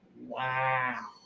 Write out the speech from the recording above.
Wow